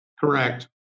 Correct